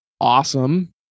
awesome